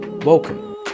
Welcome